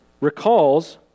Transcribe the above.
recalls